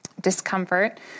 Discomfort